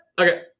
Okay